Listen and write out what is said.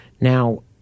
Now